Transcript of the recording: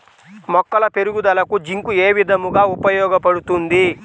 మొక్కల పెరుగుదలకు జింక్ ఏ విధముగా ఉపయోగపడుతుంది?